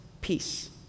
peace